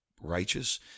righteous